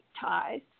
ties